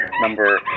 number